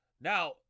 Now